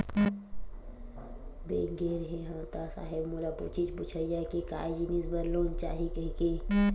Bank गे रेहे हंव ता साहेब मोला पूछिस पुछाइस के काय जिनिस बर लोन चाही कहिके?